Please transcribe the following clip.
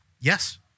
Yes